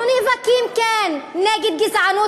אנחנו נאבקים, כן, נגד גזענות.